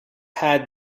had